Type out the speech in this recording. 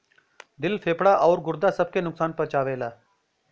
दिल फेफड़ा आउर गुर्दा सब के नुकसान पहुंचाएला